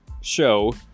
show